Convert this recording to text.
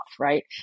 right